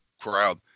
crowd